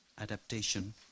Adaptation